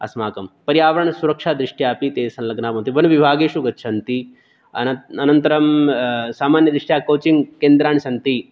अस्माकं पर्यावरणसुरक्षा दृष्ट्या अपि ते संलग्नाः भवन्ति वनविभागेषु गच्छन्ति अनन्तरं सामान्यदृष्ट्या कोचिङ्ग् केन्द्राणि सन्ति